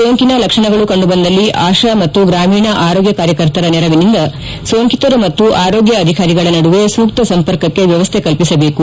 ಸೋಂಕಿನ ಲಕ್ಷಣಗಳು ಕಂಡುಬಂದಲ್ಲಿ ಆಶಾ ಮತ್ತು ಗ್ರಾಮೀಣ ಆರೋಗ್ಯ ಕಾರ್ಯಕರ್ತರ ನೆರವಿನಿಂದ ಸೋಂಕಿತರು ಮತ್ತು ಆರೋಗ್ಯ ಅಧಿಕಾರಿಗಳ ನಡುವೆ ಸೂಕ್ತ ಸಂಪರ್ಕಕ್ಕೆ ವ್ಯವಸ್ದೆ ಕಲ್ವಿಸಬೇಕು